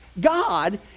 God